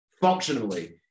functionally